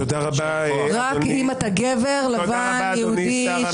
תודה רבה אדוני שר המשפטים.